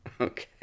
Okay